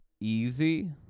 easy